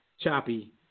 choppy